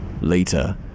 later